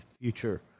future